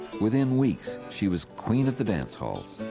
within weeks she was queen of the dancehalls.